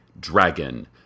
dragon